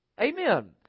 Amen